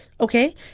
Okay